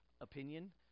opinion